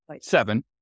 Seven